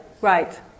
right